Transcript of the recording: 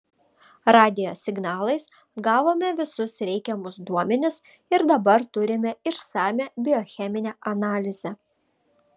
radijo signalais gavome visus reikiamus duomenis ir dabar turime išsamią biocheminę analizę